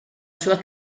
sua